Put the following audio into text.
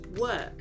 work